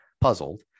puzzled